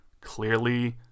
clearly